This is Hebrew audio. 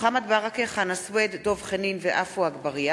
מוחמד ברכה, חנא סוייד, דב חנין ועפו אגבאריה,